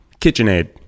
KitchenAid